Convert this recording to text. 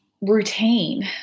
routine